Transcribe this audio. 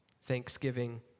Thanksgiving